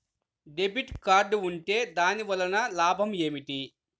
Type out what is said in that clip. Debit card ఉంటే దాని వలన లాభం ఏమిటీ?